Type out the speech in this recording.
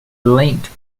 linked